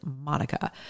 MONICA